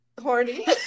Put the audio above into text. horny